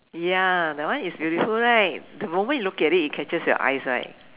ya that one is beautiful right the moment you look at it it catches your eyes right